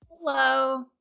Hello